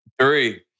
Three